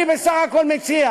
אני בסך הכול מציע